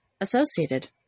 associated